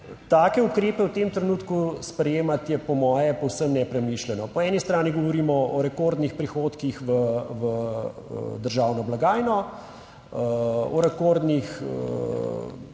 take ukrepe v tem trenutku sprejemati je, po moje, povsem nepremišljeno. Po eni strani govorimo o rekordnih prihodkih v državno blagajno, o rekordno